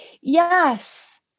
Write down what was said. Yes